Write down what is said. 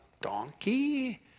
donkey